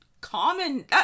common